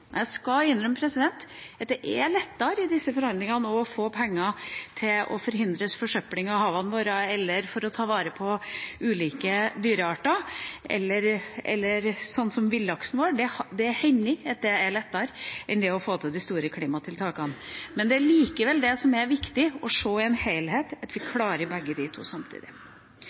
Men jeg skal innrømme at det hender at det er lettere i disse forhandlingene å få penger til å forhindre forsøpling av havene våre eller for å ta vare på ulike dyrearter, sånn som villaksen vår, enn å få til de store klimatiltakene. Men det er likevel viktig å se det som en helhet – at vi klarer begge deler samtidig. Den andre store tingen Venstre har vært opptatt av i